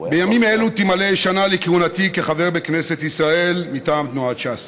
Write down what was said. בימים אלה תמלא שנה לכהונתי כחבר בכנסת ישראל מטעם תנועת ש"ס,